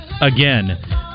again